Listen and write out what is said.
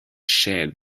shared